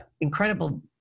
incredible